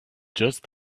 just